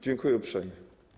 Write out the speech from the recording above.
Dziękuję uprzejmie.